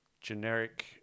generic